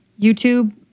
YouTube